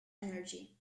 energy